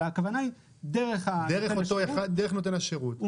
אלא הכוונה היא דרך נותן השירות,